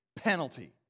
penalty